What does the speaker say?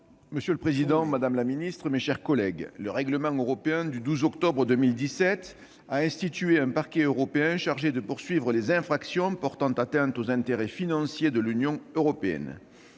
Monsieur le président, madame la ministre, mes chers collègues, le règlement européen du 12 octobre 2017 a institué un Parquet européen chargé de poursuivre les infractions portant atteinte aux intérêts financiers de l'Union européenne.